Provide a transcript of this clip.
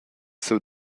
siu